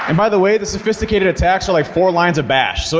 and by the way the sophisticated attacks are like four lines bash. so